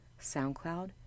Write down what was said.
SoundCloud